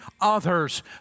others